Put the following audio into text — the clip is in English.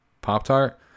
Pop-Tart